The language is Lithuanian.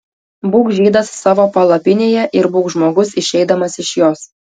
būk žydas savo palapinėje ir būk žmogus išeidamas iš jos